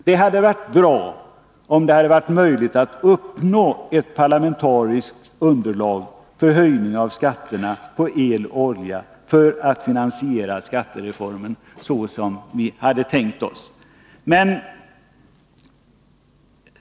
Det hade varit bra, om det hade varit möjligt att uppnå ett parlamentariskt underlag för höjning av skatterna på el och olja för att finansiera skattereformen så som vi hade tänkt oss.